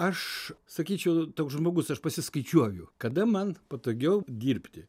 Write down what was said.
aš sakyčiau toks žmogus aš pasiskaičiuoju kada man patogiau dirbti